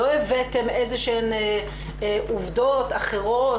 לא הבאתם איזה שהן עובדות אחרות,